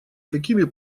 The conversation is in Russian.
какими